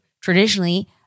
traditionally